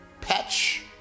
patch